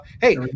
hey